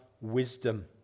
wisdom